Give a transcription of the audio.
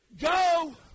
go